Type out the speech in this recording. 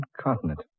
continent